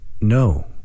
No